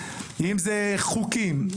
אם זה חוקים,